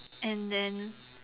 and then